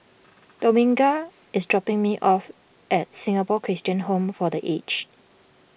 Dominga is dropping me off at Singapore Christian Home for the Aged